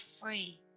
free